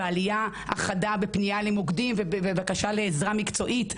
על העלייה החדה בפנייה למוקדים ובקשה לעזרה מקצועית.